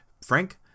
Frank